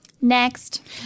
Next